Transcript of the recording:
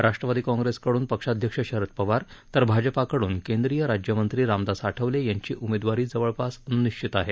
राष्ट्रवादी काँग्रेसकडून पक्षाध्यक्ष शरद पवार तर भाजपकडून केंद्रीय राज्यमंत्री रामदास आठवले यांची उमेदवारी जवळपास निश्चित आहे